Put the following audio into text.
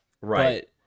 Right